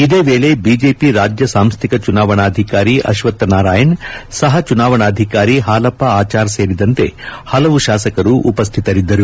ಇದೇ ವೇಳೆ ಬಿಜೆಪಿ ರಾಜ್ಯ ಸಾಂಸ್ಥಿಕ ಚುನಾವಣಾಧಿಕಾರಿ ಅಶ್ವಥ್ ನಾರಾಯಣ್ ಸಹ ಚುನಾವಣಾಧಿಕಾರಿ ಹಾಲಪ್ಪ ಆಚಾರ್ ಸೇರಿದಂತೆ ಹಲವು ಶಾಸಕರು ಉಪಸ್ಥಿತರಿದ್ದರು